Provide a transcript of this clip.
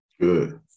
Good